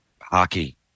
hockey